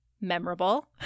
memorable